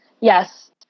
yes